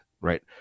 Right